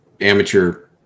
amateur